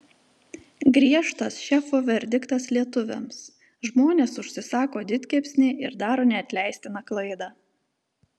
griežtas šefo verdiktas lietuviams žmonės užsisako didkepsnį ir daro neatleistiną klaidą